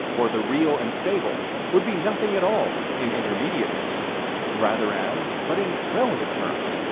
or the real and stable, would be nothing at all in intermediateness rather as, but in relative terms,